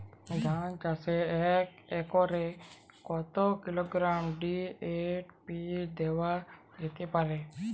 ধান চাষে এক একরে কত কিলোগ্রাম ডি.এ.পি দেওয়া যেতে পারে?